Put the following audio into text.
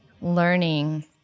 learning